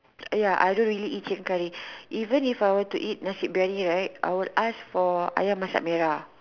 ya I don't really eat chicken curry even if I were to eat chicken biryani right I will ask for Ayam-Masak-Merah